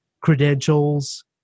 credentials